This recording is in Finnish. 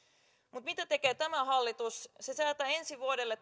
mutta mitä tekee tämä hallitus se säätää ensi vuodelle